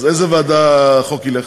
אז לאיזו ועדה החוק ילך?